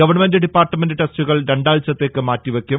government department ടെസ്റ്റുകൾ രണ്ടാഴ്ച്ചത്തേക്ക് മാറ്റിവെയ്ക്കും